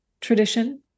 tradition